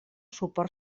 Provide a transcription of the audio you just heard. suport